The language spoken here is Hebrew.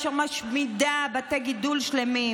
אשר משמידה בתי גידול שלמים.